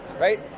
right